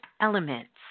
elements